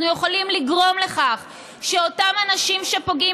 אנחנו יכולים לגרום לכך שאותם אנשים שפוגעים